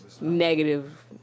negative